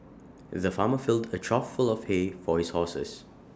the farmer filled A trough full of hay for his horses